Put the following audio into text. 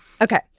Okay